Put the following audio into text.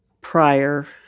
prior